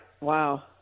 wow